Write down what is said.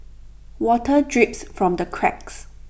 water drips from the cracks